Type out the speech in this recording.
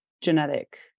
genetic